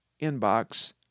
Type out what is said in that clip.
inbox